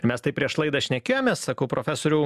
mes taip prieš laidą šnekėjomės sakau profesoriau